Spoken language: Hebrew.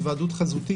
היוועדות חזותית,